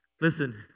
Listen